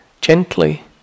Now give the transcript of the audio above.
gently